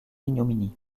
ignominie